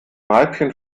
weibchen